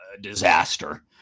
disaster